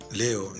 leo